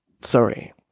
sorry